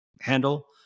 handle